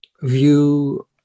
view